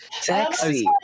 sexy